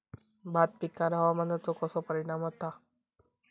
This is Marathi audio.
भात पिकांर हवामानाचो कसो परिणाम होता?